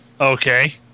okay